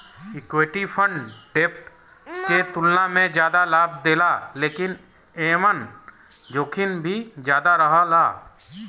equity fund डेब्ट के तुलना में जादा लाभ देला लेकिन एमन जोखिम भी ज्यादा रहेला